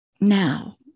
now